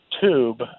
tube